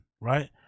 right